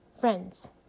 friends